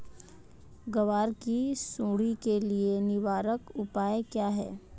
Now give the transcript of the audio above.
ग्वार की सुंडी के लिए निवारक उपाय क्या है?